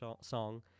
song